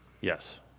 Yes